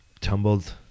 tumbled